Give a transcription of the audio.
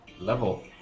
Level